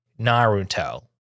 Naruto